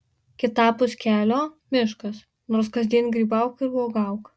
kitapus kelio miškas nors kasdien grybauk ir uogauk